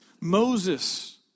Moses